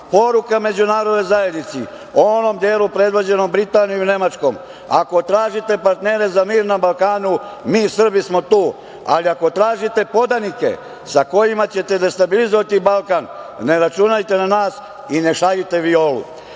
mala. Poruka međunarodnoj zajednici, onom delu predvođenom Britanijom i Nemačkom: Ako tražite partnere za mir na Balkanu, mi Srbi smo tu, ali ako tražite podanike sa kojima ćete destabilizovati Balkan, ne računajte na nas i ne šaljite violu. Sve